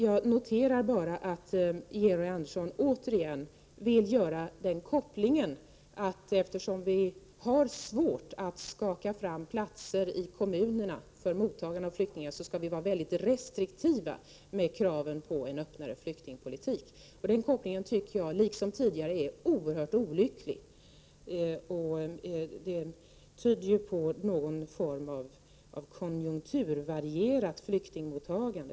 Jag noterar bara att statsrådet Georg Andersson återigen vill göra kopplingen, att eftersom vi har svårt att skaka fram platser i kommunerna för mottagandet av flyktingar skall vi vara mycket restriktiva med kraven på en öppnare flyktingpolitik. Den kopplingen tycker jag, liksom tidigare, är oerhört olycklig. Det tyder på någon form av konjunkturvarierat flyktingmottagande.